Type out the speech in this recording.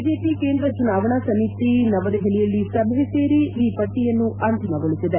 BJP ಕೇಂದ್ರ ಚುನಾವಣಾ ಸಮಿತಿ ನವದೆಹಲಿಯಲ್ಲಿ ಸಭೆ ಸೇರಿ ಈ ಪಟ್ಟಿಯನ್ನು ಅಂತಿಮಗೊಳಿಸಿದೆ